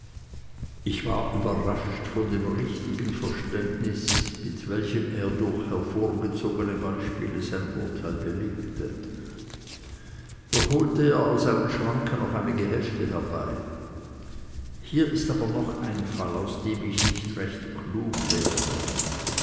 ich war überrascht von dem richtigen verständnis mit welchem er durch hervorgezogene beispiele sein urteil belegte doch holte er aus einem schranke noch einige hefte herbei hier ist aber noch ein fall aus dem ich nicht recht klug werde